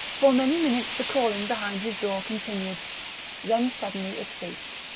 for many minutes the calling behind his door continued then suddenly it ceased.